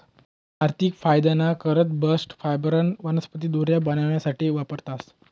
आर्थिक फायदाना करता बास्ट फायबरन्या वनस्पती दोऱ्या बनावासाठे वापरतास